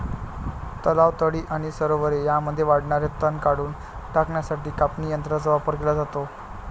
तलाव, तळी आणि सरोवरे यांमध्ये वाढणारे तण काढून टाकण्यासाठी कापणी यंत्रांचा वापर केला जातो